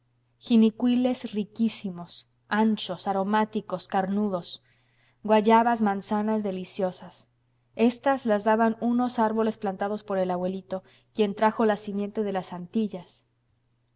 hebra jinicuiles riquísimos anchos aromáticos carnudos guayabas manzanas deliciosas estas las daban unos árboles plantados por el abuelito quien trajo la simiente de las antillas